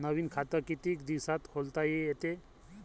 नवीन खात कितीक दिसात खोलता येते?